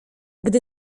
gdy